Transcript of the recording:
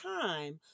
time